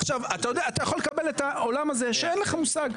אתה יכול לקבל את העולם הזה שאין לך מושג,